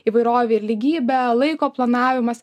įvairovė ir lygybė laiko planavimas